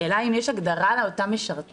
השאלה היא האם יש הגדרה לאותם משרתים?